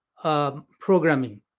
programming